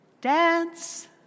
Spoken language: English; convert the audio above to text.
dance